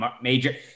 major